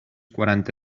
quaranta